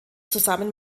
zusammen